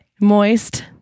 Moist